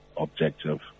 objective